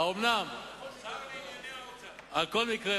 בכל מקרה,